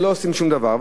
ולא עושים שום דבר.